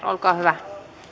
olkaa hyvä